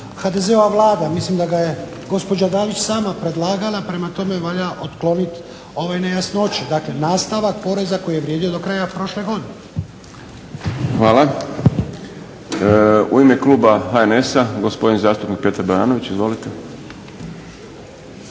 HDZ-ova vlada. Mislim da ga je gospođa Dalić sama predlagala. Prema tome valja otkloniti ove nejasnoće. Dakle, nastavak poreza koji je vrijedio do kraja prošle godine. **Šprem, Boris (SDP)** Hvala. U ime kluba HNS-a gospodin zastupnik Petar Baranović, izvolite.